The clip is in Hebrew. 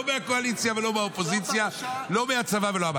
לא מהקואליציה ולא מהאופוזיציה ולא מהצבא.